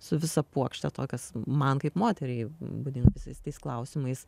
su visa puokšte to kas man kaip moteriai būdinga visais tais klausimais